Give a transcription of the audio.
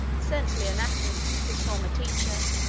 sent leonnatus, his former teacher,